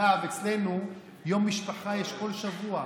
אגב, אצלנו יום משפחה יש כל שבוע,